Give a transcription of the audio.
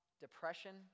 depression